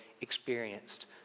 experienced